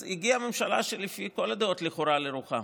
אז הגיעה ממשלה שלפי כל הדעות היא לכאורה לרוחם.